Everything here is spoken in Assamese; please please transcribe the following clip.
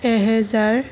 এহেজাৰ